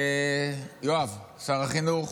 יואב, שר החינוך,